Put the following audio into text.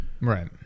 Right